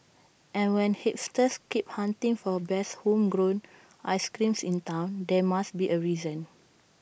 and when hipsters keep hunting for best homegrown ice creams in Town there must be A reason